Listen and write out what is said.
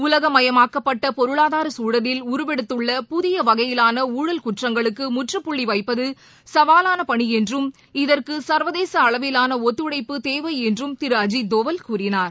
உலகமயமாக்கப்பட்டபொருளாதாரசூழலில் உருவெடுத்துள்ள புதியவகையிலான்களூல் குற்றங்களுக்குமுற்றுபுள்ளிவைப்பதுசவாலானபணிஎன்றும் இதற்குசர்வதேசஅளவிலானஒத்துழைப்பு தேவைஎன்றும் திருஅஜித் தோவல் கூறினார்